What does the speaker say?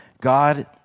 God